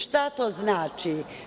Šta to znači?